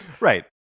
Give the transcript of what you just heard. Right